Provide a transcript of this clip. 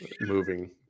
moving